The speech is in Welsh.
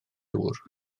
dŵr